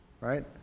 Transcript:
right